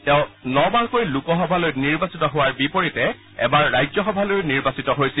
তেওঁ ন বাৰকৈ লোকসভালৈ নিৰ্বাচিত হোৱাৰ বিপৰীতে এবাৰ ৰাজ্যসভালৈও নিৰ্বাচিত হৈছিল